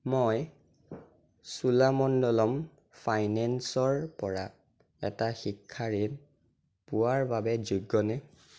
মই চোলামণ্ডলম ফাইনেন্সৰপৰা এটা শিক্ষা ঋণ পোৱাৰ বাবে যোগ্যনে